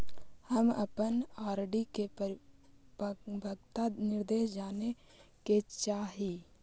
हम अपन आर.डी के परिपक्वता निर्देश जाने के चाह ही